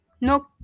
No